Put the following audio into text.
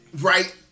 Right